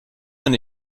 noch